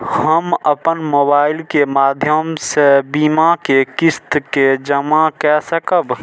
हम अपन मोबाइल के माध्यम से बीमा के किस्त के जमा कै सकब?